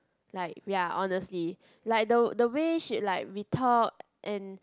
like we're honestly like the the way she like we talk and